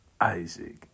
Isaac